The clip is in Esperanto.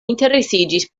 interesiĝis